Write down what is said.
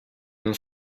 non